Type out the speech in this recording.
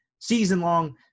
Season-long